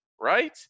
right